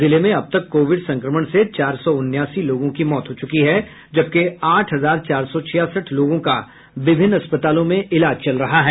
जिले में अब तक कोविड संक्रमण से चार सौ उनासी लोगों की मौत हो चुकी हैं जबकि आठ हजार चार सौ छियासठ लोगों का विभिन्न अस्पतालों में इलाज चल रहा है